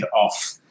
off